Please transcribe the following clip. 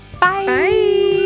Bye